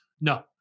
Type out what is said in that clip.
No